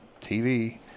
TV